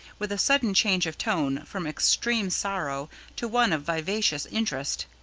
with a sudden change of tone from extreme sorrow to one of vivacious interest,